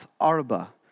Arba